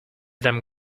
them